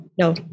No